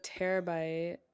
terabyte